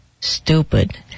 stupid